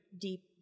deep